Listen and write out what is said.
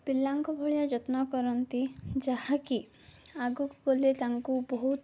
ପିଲାଙ୍କ ଭଳିଆ ଯତ୍ନ କରନ୍ତି ଯାହାକି ଆଗକୁ ଗଲେ ତାଙ୍କୁ ବହୁତ